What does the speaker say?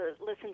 listen